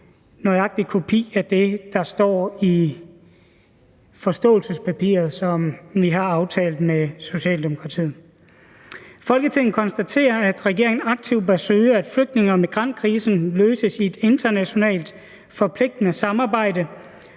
nøjagtig kopi af det, der står i forståelsespapiret, som vi har aftalt med Socialdemokratiet: Forslag til vedtagelse »Folketinget konstaterer, at regeringen aktivt bør søge, at flygtninge- og migrantkrisen løses i et internationalt forpligtende samarbejde,